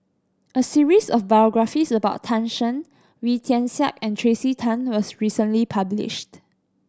a series of biographies about Tan Shen Wee Tian Siak and Tracey Tan was recently published